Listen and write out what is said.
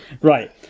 Right